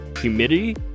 humidity